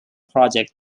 project